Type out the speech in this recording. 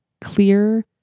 clear